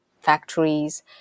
factories